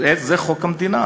זה חוק המדינה,